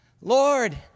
Lord